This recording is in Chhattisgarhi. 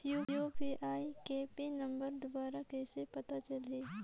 यू.पी.आई के पिन नम्बर दुबारा कइसे पता चलही?